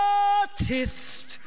artist